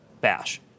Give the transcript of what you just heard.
Bash